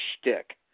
shtick